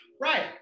Right